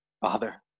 Father